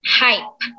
hype